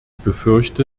befürchte